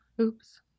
Oops